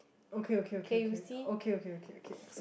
okay okay okay okay okay okay okay okay